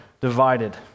divided